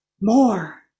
more